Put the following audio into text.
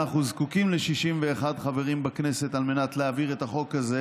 ואנחנו זקוקים ל-61 חברים בכנסת על מנת להעביר את החוק הזה,